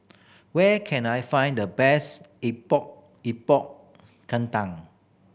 where can I find the best Epok Epok Kentang